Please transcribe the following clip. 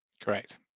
Correct